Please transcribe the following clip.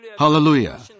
Hallelujah